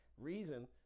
reason